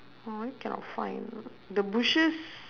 why cannot find the bushes